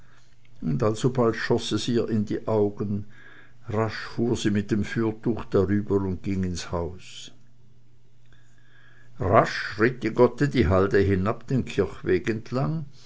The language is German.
und alsobald schoß es ihr in die augen rasch fuhr sie mit dem fürtuch darüber und ging ins haus rasch schritt die gotte die halde ab den kirchweg entlang